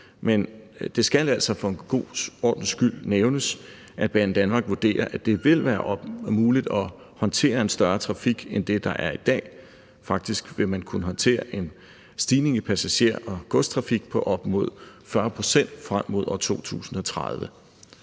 Men det skal altså for en god ordens skyld nævnes, at Banedanmark vurderer, at det vil være muligt at håndtere en større trafik end det, der er i dag. Faktisk vil man kunne håndtere en stigning i passager- og godstrafik på op mod 40 pct. frem mod år 2030.